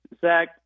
Zach